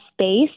space